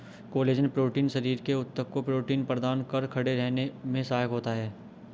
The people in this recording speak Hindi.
कोलेजन प्रोटीन शरीर के ऊतक को प्रोटीन प्रदान कर खड़े रहने में सहायक होता है